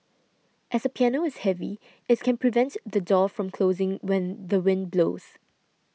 as a piano is heavy it can prevent the door from closing when the wind blows